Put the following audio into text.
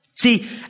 see